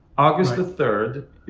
august the third.